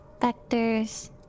vectors